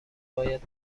باید